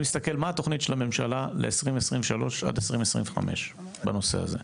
מה התוכנית של הממשלה ל-2023 עד 2025 בנושא הזה?